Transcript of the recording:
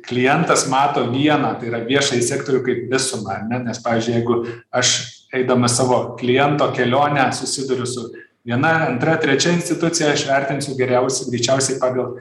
klientas mato vieną tai yra viešąjį sektorių kaip visumą ar ne nes pavyzdžiui jeigu aš eidamas savo kliento kelionę susiduriu su viena antra trečia institucija aš vertinsiu geriausiai greičiausiai pagal